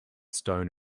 stone